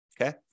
okay